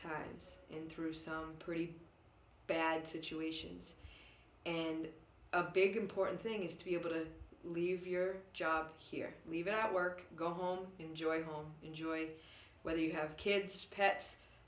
times and through sound pretty bad situations and a big important thing is to be able to leave your job here leave it at work go home enjoy home enjoy whether you have kids pets